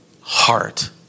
heart